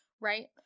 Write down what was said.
right